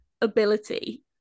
ability